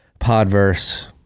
podverse